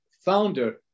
founder